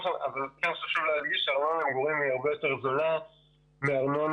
חשוב להדגיש שהארנונה למגורים היא יותר זולה מארנונה